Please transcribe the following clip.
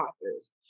authors